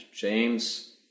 James